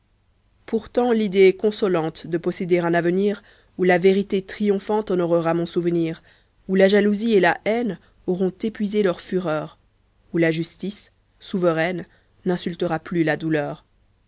pourtant l'idée est consolante de posséder un avenir où la vérité triomphante honorera mon souvenir où la jalousie et la haine auront épuisé leur fureur où la justice souveraine n'insultera plus la douleur